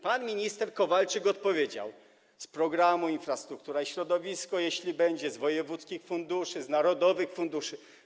Pan minister Kowalczyk odpowiedział: z programu „Infrastruktura i środowisko”, jeśli będzie, z wojewódzkich funduszy, z narodowych funduszy.